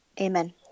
Amen